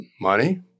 money